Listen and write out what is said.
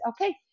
okay